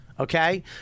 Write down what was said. Okay